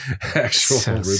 actual